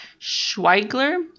Schweigler